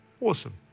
Awesome